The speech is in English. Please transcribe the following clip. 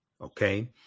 okay